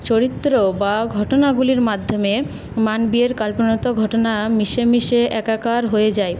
চরিত্র বা ঘটনাগুলির মাধ্যমে মানবীয়ের কল্পনাতেও ঘটনা মিশেমিশে একাকার হয়ে যায়